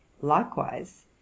likewise